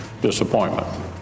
disappointment